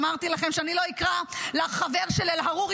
אמרתי לכם שאני לא אקרא לחבר של אל-עארורי,